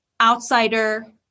outsider